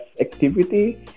activity